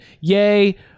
Yay